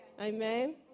Amen